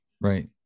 Right